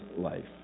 life